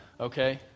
Okay